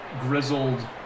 grizzled